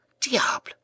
diable